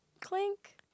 Clink